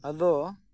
ᱟᱫᱚ